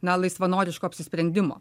na laisvanoriško apsisprendimo